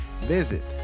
visit